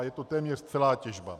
Je to téměř celá těžba.